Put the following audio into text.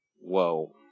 whoa